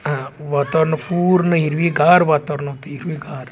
हां वातावरण पूर्ण हिरवीगार वातावरण होती हिरवीगार